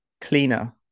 Cleaner